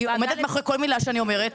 אני עומדת מאחורי כל מילה שאני אומרת.